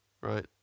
right